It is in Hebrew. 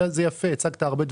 זה יפה, הצגת הרבה דברים,